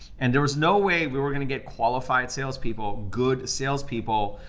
and there was no way we were gonna get qualified salespeople, good salespeople,